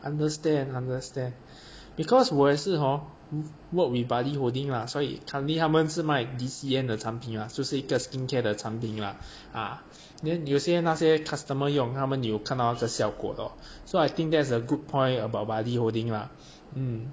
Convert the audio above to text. understand understand because 我也是 hor work with budding holding lah 所以 currently 他们是卖 D_C_N 的产品啦就是一个 skincare 的产品 lah ah then 有些那些 customer 用他们有看到这效果 lor so I think that's a good point about buddy holding lah mm